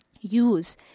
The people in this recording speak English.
Use